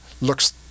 looks